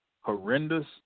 horrendous